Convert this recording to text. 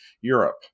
Europe